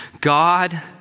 God